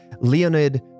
Leonid